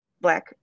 black